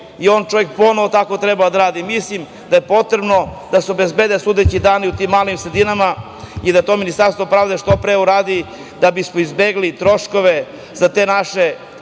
i on čovek ponovo tako treba da radi. Mislim da je potrebno da se obezbede sudeći dani u tim malim sredinama i da to Ministarstvo pravde što pre uradi da bismo izbegli troškove za te naše